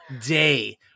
day